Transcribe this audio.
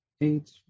eight